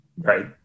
Right